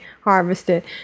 harvested